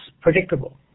predictable